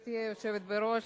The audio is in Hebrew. גברתי היושבת בראש,